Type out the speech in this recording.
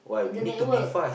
and the network